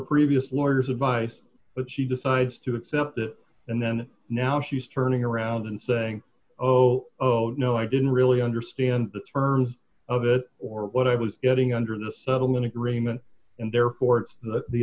previous lawyers advice but she decides to accept it and then now she's turning around and saying oh oh no i didn't really understand the terms of it or what i was getting under the settlement agreement and therefore it's the